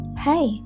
Hi